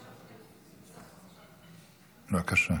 בבקשה.